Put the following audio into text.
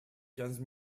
quinze